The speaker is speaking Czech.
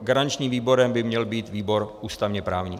Garančním výborem by měl být výbor ústavněprávní.